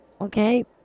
okay